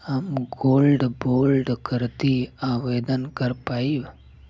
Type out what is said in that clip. हम gold bond करती आवेदन कर पाईब?